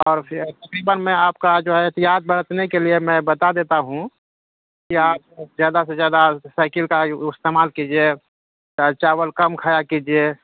اور پھر تقریباً میں آپ کا جو ہے احتیاط برتنے کے لیے میں بتا دیتا ہوں کہ آپ زیادہ سے زیادہ سائکل کا استعمال کیجیے چاول کم کھایا کیجیے